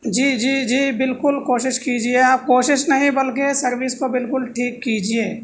جی جی جی بالکل کوشش کیجیے آپ کوشش نہیں بلکہ سروس کو بالکل ٹھیک کیجیے